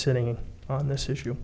sitting on this issue